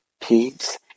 Peace